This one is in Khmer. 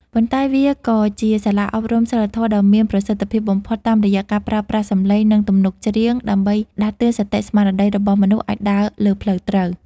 ប៉ុន្តែវាក៏ជាសាលាអប់រំសីលធម៌ដ៏មានប្រសិទ្ធភាពបំផុតតាមរយៈការប្រើប្រាស់សម្លេង និងទំនុកច្រៀងដើម្បីដាស់តឿនសតិស្មារតីរបស់មនុស្សឱ្យដើរលើផ្លូវត្រូវ។